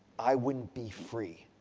i wouldn't be free.